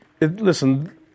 listen